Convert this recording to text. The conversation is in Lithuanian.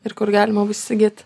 ir kur galima bus įsigyt